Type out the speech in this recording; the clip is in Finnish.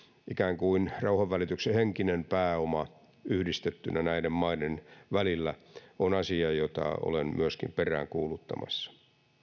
ikään kuin rauhanvälityksen henkinen pääoma yhdistettynä näiden maiden välillä on asia jota olen myöskin peräänkuuluttamassa